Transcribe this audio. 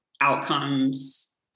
outcomes